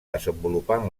desenvolupant